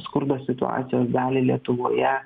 skurdo situacijos dalį lietuvoje